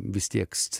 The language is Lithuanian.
vis tiek